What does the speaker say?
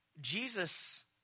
Jesus